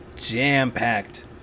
jam-packed